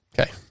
Okay